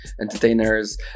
entertainers